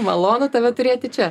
malonu tave turėti čia